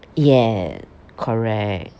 ya correct